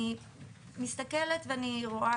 אני מסתכלת ואני רואה,